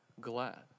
glad